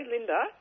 Linda